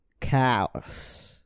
Cow's